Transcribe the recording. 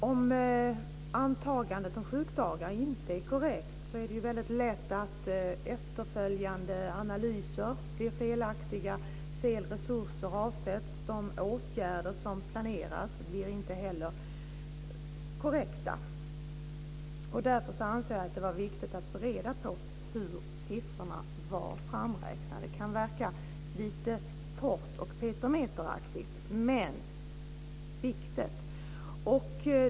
Om antagandet över antalet sjukdagar inte är korrekt är det lätt att efterföljande analyser blir felaktiga, fel resurser avsätts, de åtgärder som planeras blir inte heller korrekta. Därför anser jag att det var viktigt att få reda på hur siffrorna var framräknade. Det kan verka torrt och petimäteraktigt, men viktigt.